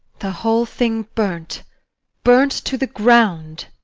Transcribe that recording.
the whole thing burnt burnt to the ground!